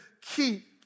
keep